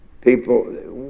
People